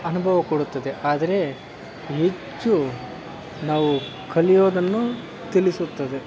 ಅನುಭವ ಕೊಡುತ್ತದೆ ಆದರೆ ಹೆಚ್ಚು ನಾವು ಕಲಿಯೋದನ್ನು ತಿಳಿಸುತ್ತದೆ